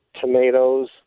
tomatoes